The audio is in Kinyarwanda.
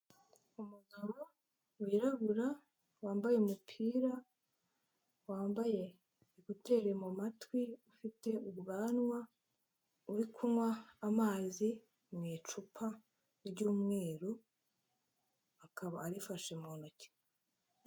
Umugabo wirabura wambaye umupira, wambaye ekuteri mu matwi ufite ubwanwa, uri kunywa amazi mu icupa ry'umweru, akaba arifashe mu ntoki.